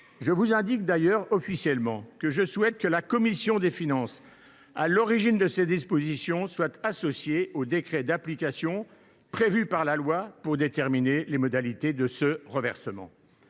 Je vous indique, d’ailleurs, officiellement que je souhaite que la commission des finances, à l’origine de cette disposition, soit associée au décret d’application prévu par la loi pour déterminer les modalités de ce reversement.